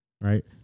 right